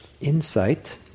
insight